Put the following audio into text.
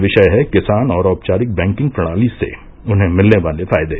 इस वर्ष का विषय है किसान और औपचारिक वैकिंग प्रणाली से उन्हें मिलने वाले फायदे